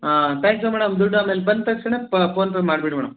ಹಾಂ thank you madam ದುಡ್ಡು ಆಮೇಲೆ ಬಂದ ತಕ್ಷಣ ಪ ಪೋನ್ಪೇ ಮಾಡಿಬಿಡಿ ಮೇಡಮ್